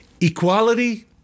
Equality